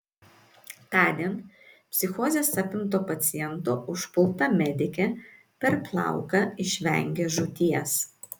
tądien psichozės apimto paciento užpulta medikė per plauką išvengė žūties